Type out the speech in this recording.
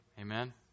amen